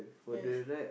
yes